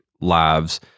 lives